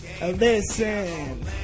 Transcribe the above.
listen